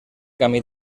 camí